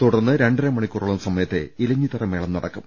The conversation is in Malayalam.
തുടർന്ന് രണ്ടര മണിക്കൂറോളം സമയത്തെ ഇലഞ്ഞിത്തറമേളം നടക്കും